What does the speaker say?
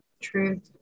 True